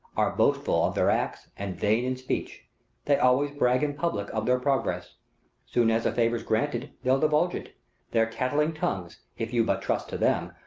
are boastful of their acts, and vain in speech they always brag in public of their progress soon as a favour's granted, they'll divulge it their tattling tongues, if you but trust to them,